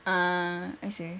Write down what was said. ah I see